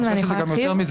זה גם יותר מזה,